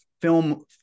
film